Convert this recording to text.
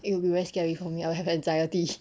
it will be very scary for me I'll have anxiety